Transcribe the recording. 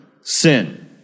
sin